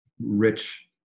rich